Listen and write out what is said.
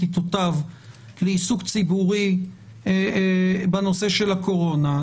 עיתותיו לעיסוק ציבורי בנושא של הקורונה.